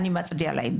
אני מצדיעה להם,